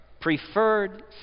preferred